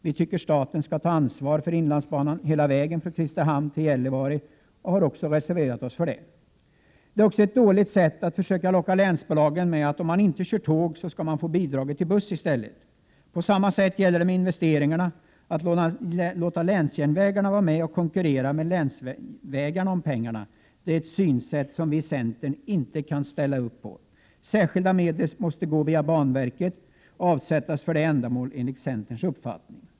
Vi tycker att staten skall ta ansvar för inlandsbanan hela vägen från Kristinehamn till Gällivare. På den punkten har vi alltså reserverat oss. Vidare är det ett dåligt sätt att försöka locka länsbolagen med att man kan få bidrag till busstrafik, om man avstår från tågtrafik. På samma sätt är det med investeringarna. Vi kan inte gå med på att länsjärnvägarna får vara med och konkurrera med länsvägarna om pengarna. Särskilda medel måste via banverket avsättas för detta ändamål enligt centerns uppfattning.